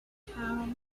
how